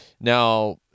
Now